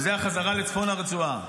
זה החזרה לצפון הרצועה,